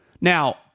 Now